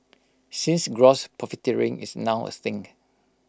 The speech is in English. since gross profiteering is now A thing